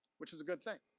which is a good thing.